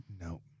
No